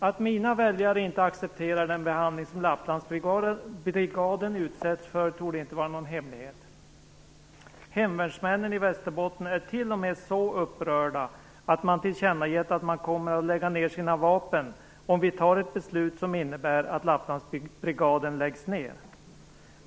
Att mina väljare inte accepterar den behandling som Lapplandsbrigaden utsätts för torde inte vara någon hemlighet. Hemvärnsmännen i Västerbotten är t.o.m. så upprörda att de tillkännagett att de kommer att lägga ned sina vapen om vi fattar ett beslut som innebär att Lapplandsbrigadens läggs ned.